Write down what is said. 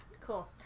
Cool